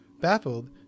Baffled